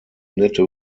nette